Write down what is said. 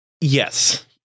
Yes